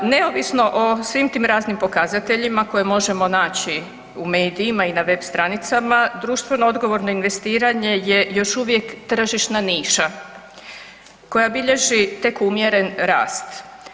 Neovisno o svim tim raznim pokazateljima koje možemo naći u medijima i na web stranicama, društveno odgovorno investiranje je još uvijek tržišna niša koja bilježi tek umjeren rast.